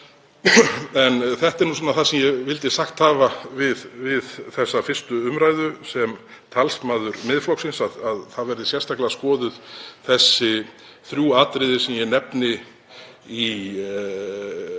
Þetta er nú svona það sem ég vildi sagt hafa við þessa fyrri umræðu sem talsmaður Miðflokksins, að skoðuð verði sérstaklega þau þrjú atriði sem ég nefni